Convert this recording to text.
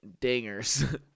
dingers